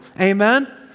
Amen